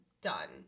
done